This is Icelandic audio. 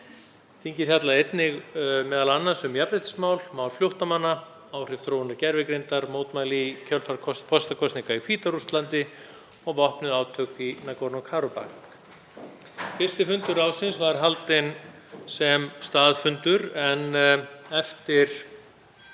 Þingið fjallaði einnig um jafnréttismál, mál flóttamanna, áhrif þróunar gervigreindar, mótmæli í kjölfar forsetakosninga í Hvíta-Rússlandi og vopnuð átök í Nagorno-Karabakh. Fyrsti fundur ráðsins var haldinn sem staðfundur en eftir